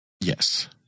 Yes